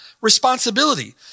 responsibility